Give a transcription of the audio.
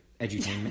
edutainment